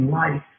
life